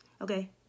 okay